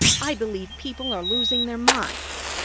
i believe people are losing their minds!